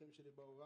אחים שלי בהוראה.